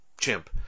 chimp